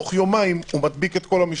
בתוך יומיים הוא מדביק את כל המשפחה.